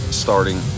starting